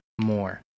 more